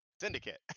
syndicate